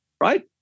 right